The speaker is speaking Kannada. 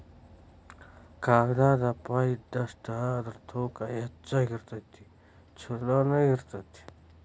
ಕಾಗದಾ ದಪ್ಪ ಇದ್ದಷ್ಟ ಅದರ ತೂಕಾ ಹೆಚಗಿ ಇರತತಿ ಚುಲೊನು ಇರತತಿ